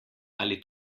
ali